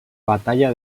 batalla